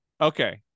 Okay